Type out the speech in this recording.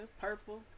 Purple